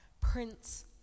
prince